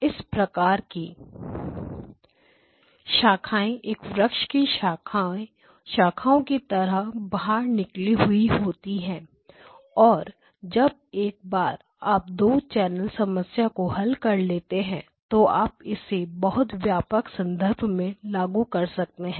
इस प्रकार की शाखाएं एक वृक्ष की शाखाओं की तरह बाहर निकली हुई हुई होती है और जब एक बार आप 2 चैनल समस्या को हल कर लेते हैं तो आप इसे बहुत व्यापक संदर्भ में लागू कर सकते हैं